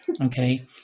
Okay